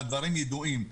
והדברים ידועים.